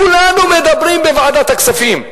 כולנו מדברים בוועדת הכספים.